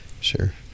sure